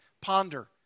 ponder